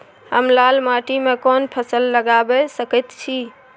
हम लाल माटी में कोन फसल लगाबै सकेत छी?